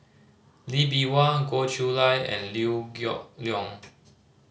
Lee Bee Wah Goh Chiew Lye and Liew Geok Leong